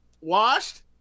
washed